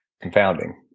confounding